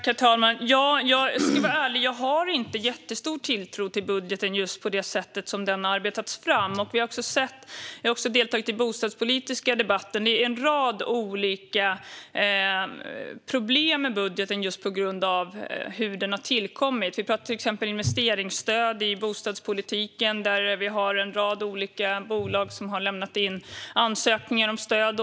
Herr talman! Jag ska vara ärlig: Jag har inte jättestor tilltro till budgeten, just för att den har arbetats fram på det sätt som har skett. Jag deltog också i den bostadspolitiska debatten, och det är en rad olika problem med budgeten just på grund av hur den har tillkommit. Vi pratade till exempel om investeringsstöd i bostadspolitiken, där vi har en rad olika bolag som har lämnat in ansökningar om stöd.